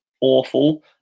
awful